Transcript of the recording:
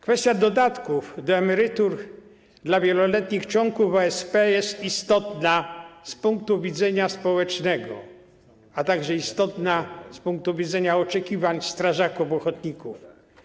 Kwestia dodatków do emerytur dla wieloletnich członków OSP jest istotna z punktu widzenia społecznego, a także istotna z punktu widzenia oczekiwań strażaków ochotników.